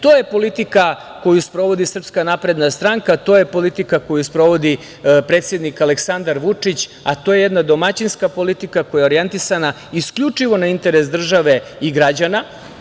To je politika koju sprovodi SNS, to je politika koju sprovodi predsednik Aleksandar Vučić, a to je jedna domaćinska politika koja je orijentisana isključivo na interes države i građana.